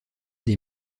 des